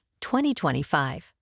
2025